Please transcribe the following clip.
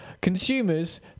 consumers